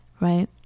Right